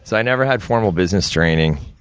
so i never had formal business training,